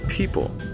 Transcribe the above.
People